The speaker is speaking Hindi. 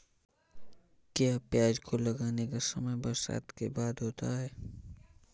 क्या प्याज को लगाने का समय बरसात के बाद होता है?